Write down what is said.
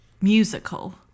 musical